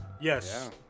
Yes